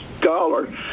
Scholar